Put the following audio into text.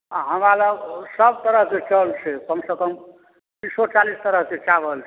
आ हमरा लग सभ तरहके चाउर छै कम सँ कम तीसो चालीस तरहके चावल छै